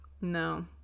No